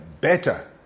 better